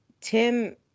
Tim